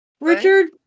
Richard